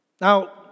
Now